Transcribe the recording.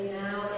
now